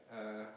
uh